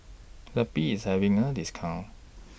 Zappy IS having A discount